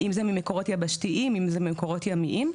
אם זה ממקורות יבשתיים ואם זה ממקורות ימיים.